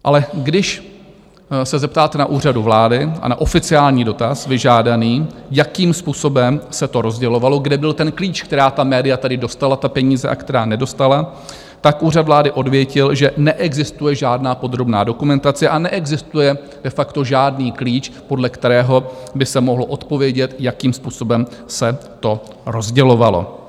Ale když se zeptáte na Úřadu vlády a na oficiální dotaz vyžádaný, jakým způsobem se to rozdělovalo, kde byl ten klíč, která média tady dostala peníze a která nedostala, tak Úřad vlády odvětil, že neexistuje žádná podrobná dokumentace a neexistuje de facto žádný klíč, podle kterého by se mohlo odpovědět, jakým způsobem se to rozdělovalo.